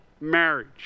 marriage